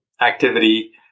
activity